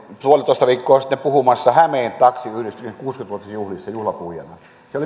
puolitoista viikkoa sitten puhumassa hämeen taksiyhdistyksen kuusikymmentä vuotisjuhlissa juhlapuhujana